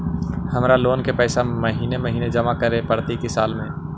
हमर लोन के पैसा महिने महिने जमा करे पड़तै कि साल में?